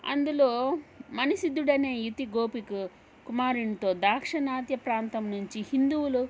అందులో మనిసిద్దుడు అనే యతి గోపిక్ కుమారితో దాక్షనాత్య ప్రాంతం నుంచి హిందువులు